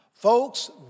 Folks